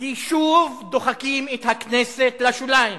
כי שוב דוחקים את הכנסת לשוליים.